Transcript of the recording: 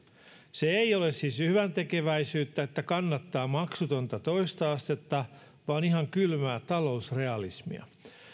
se ei ole siis hyväntekeväisyyttä että kannattaa maksutonta toista astetta vaan ihan kylmää talousrealismia